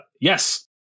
Yes